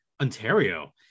Ontario